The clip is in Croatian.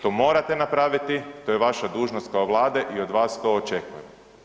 To morate napraviti, to je vaša dužnost kao vlade i od vas to očekujem.